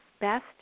Best